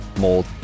mold